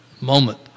moment